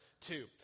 two